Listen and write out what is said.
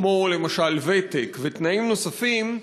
כמו למשל ותק ותנאים נוספים,